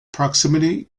proximity